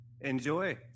Enjoy